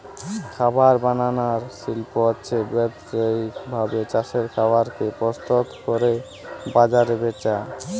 খাবার বানানার শিল্প হচ্ছে ব্যাবসায়িক ভাবে চাষের খাবার কে প্রস্তুত কোরে বাজারে বেচা